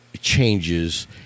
changes